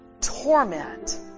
torment